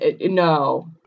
no